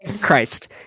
Christ